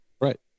Right